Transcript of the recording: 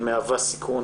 היא מהווה סיכון